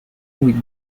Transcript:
with